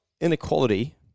inequality